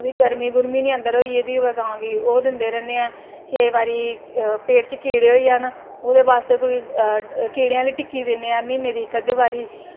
गरमी गूरमी निं अंदर होई गेदी होऐ गांऽ गी ओह् दिंदे रैह्ने आं केईं बारी पेट च कीड़े होई जान ओह्दे बास्तै कीड़े आह्ली टिक्की दि'न्ने आं म्हीने दी इक अद्धे बारी